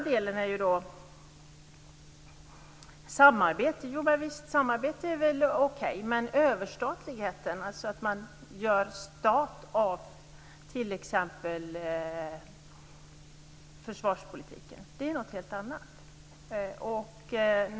Visst är samarbete okej, men överstatligheten, dvs. att försvarspolitiken blir en överstatlig fråga, är något helt annat.